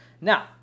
Now